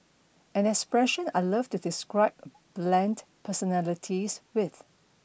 an expression I love to describe bland personalities with